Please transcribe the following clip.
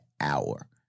hour